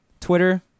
Twitter